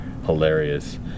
hilarious